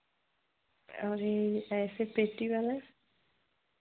और ई ऐसे पेटी वाला